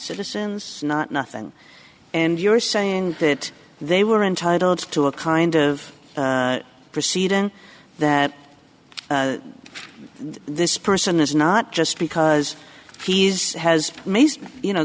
citizens not nothing and you're saying that they were entitled to a kind of proceeding that this person is not just because he's has mr you know